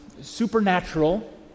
supernatural